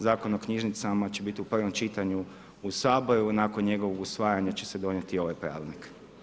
Zakon o knjižnicama će biti u prvom čitanju u Saboru, nakon njegovog usvajanja će se donijeti ovaj pravilnik.